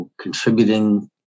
contributing